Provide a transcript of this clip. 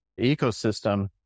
ecosystem